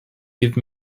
give